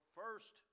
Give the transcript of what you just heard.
first